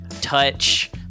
touch